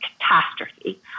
catastrophe